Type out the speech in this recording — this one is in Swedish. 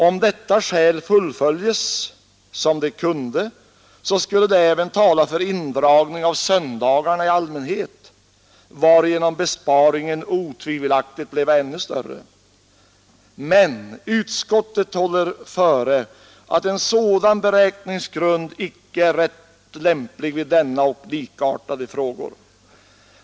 Om detta skäl fullföljes, som det kunde, så skulle det även tala för indragning av Söndagarna i allmänhet, varigenom besparingen otvivelaktigt bleve ännu större. Men Utskottet håller före, att en sådan beräkningsgrund icke är rätt lämplig vid denna och likartade frågor.